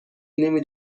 نمی